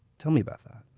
tell me about that